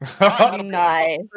nice